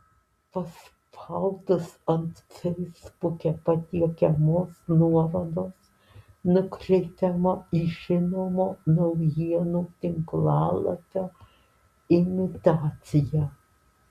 paspaudus ant feisbuke patiekiamos nuorodos nukreipiama į žinomo naujienų tinklalapio imitaciją